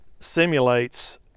simulates